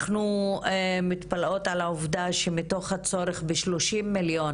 אנחנו מתפלאות על העובדה שמתוך הצורך ב-30 מיליון